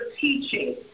teaching